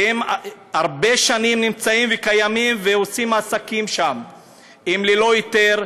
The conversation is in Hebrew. שהרבה שנים נמצאים וקיימים ועושים שם עסקים הם ללא היתר,